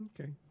Okay